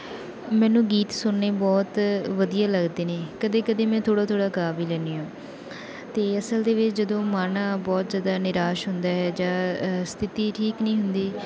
ਮੈਨੂੰ ਗੀਤ ਸੁਣਨੇ ਬਹੁਤ ਵਧੀਆ ਲੱਗਦੇ ਨੇ ਕਦੇ ਕਦੇ ਮੈਂ ਥੋੜ੍ਹਾ ਥੋੜ੍ਹਾ ਗਾ ਵੀ ਲੈਂਦੀ ਹਾਂ ਅਤੇ ਅਸਲ ਦੇ ਵਿੱਚ ਜਦੋਂ ਮਨ ਬਹੁਤ ਜ਼ਿਆਦਾ ਨਿਰਾਸ਼ ਹੁੰਦਾ ਹੈ ਜਾਂ ਸਥਿਤੀ ਠੀਕ ਨਹੀਂ ਹੁੰਦੀ